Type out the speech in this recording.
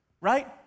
right